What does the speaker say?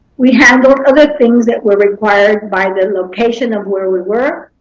we handled other things that were required by the location of where we were.